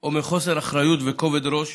או מחוסר אחריות וכובד ראש